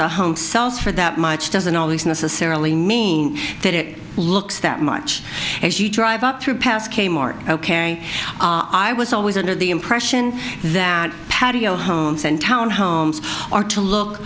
our home sells for that much doesn't always necessarily mean that it looks that much as you drive up through past kmart ok airing our i was always under the impression that patio homes and townhomes are to look